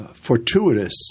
fortuitous